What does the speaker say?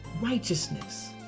righteousness